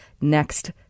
next